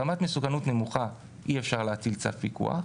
ברמת מסוכנות נמוכה אי אפשר להטיל צו פיקוח,